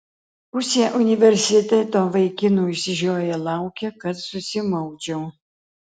pusė universiteto vaikinų išsižioję laukia kad susimaučiau